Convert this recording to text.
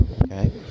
Okay